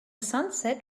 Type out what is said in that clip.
sunset